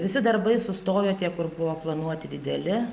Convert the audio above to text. visi darbai sustojo tie kur buvo planuoti dideli